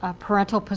ah parental but